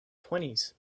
twenties